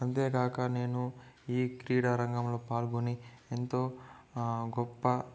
అంతేగాక నేను ఈ క్రీడారంగంలో పాల్గొని ఎంతో గొప్ప